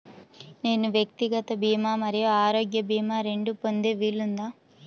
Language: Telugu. నేను వ్యక్తిగత భీమా మరియు ఆరోగ్య భీమా రెండు పొందే వీలుందా?